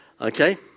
Okay